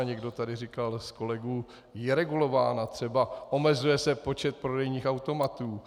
Někdo tady říkal z kolegů, je regulována, třeba omezuje se počet prodejních automatů.